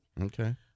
Okay